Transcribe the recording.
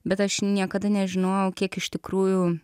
bet aš niekada nežinojau kiek iš tikrųjų